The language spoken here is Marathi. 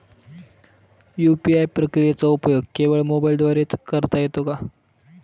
यू.पी.आय प्रक्रियेचा उपयोग केवळ मोबाईलद्वारे च करता येतो का?